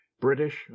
British